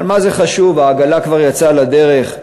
אבל מה זה חשוב, העגלה כבר יצאה לדרך.